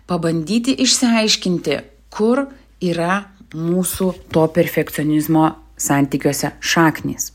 pabandyti išsiaiškinti kur yra mūsų to perfekcionizmo santykiuose šaknys